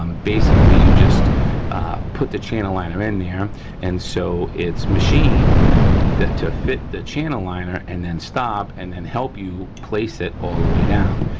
um basically you just put the channel liner in there and so it's machined that to fit the channel liner and then stop, and and help you place it all the way down.